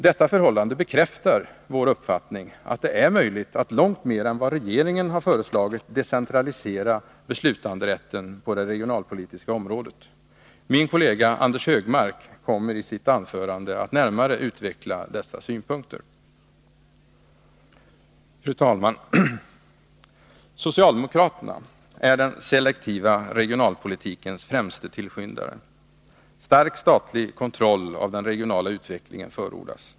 Detta förhållande bekräftar vår uppfattning att det är möjligt att långt mer än vad regeringen har föreslagit decentralisera beslutanderätten på det regionalpolitiska området. Min kollega Anders Högmark kommer i sitt anförande att närmare utveckla dessa synpunkter. Fru talman! Socialdemokraterna är den selektiva regionalpolitikens främsta tillskyndare. Stark statlig kontroll av den regionala utvecklingen förordas.